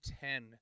ten